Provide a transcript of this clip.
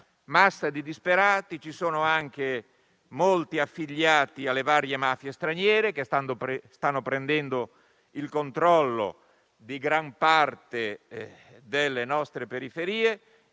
massa di disperati ci sono anche molti affiliati alle varie mafie straniere, che stanno prendendo il controllo di gran parte delle nostre periferie,